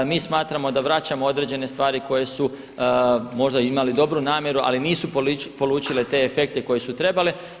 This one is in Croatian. Mi smatramo da vraćamo određene stvari koje su možda imale dobru namjeru ali nisu polučile te efekte koje su trebale.